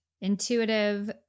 intuitive